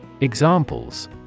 Examples